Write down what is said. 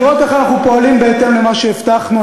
לראות איך אנחנו פועלים בהתאם למה שהבטחנו.